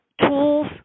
tools